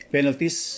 Penalties